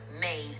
made